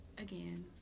again